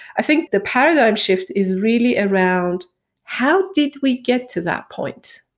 i think the paradigm shift is really around how did we get to that point?